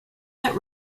that